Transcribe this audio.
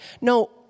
No